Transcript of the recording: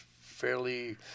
fairly